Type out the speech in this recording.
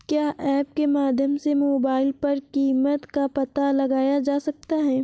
क्या ऐप के माध्यम से मोबाइल पर कीमत का पता लगाया जा सकता है?